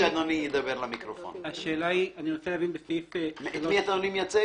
מי אדוני מייצג?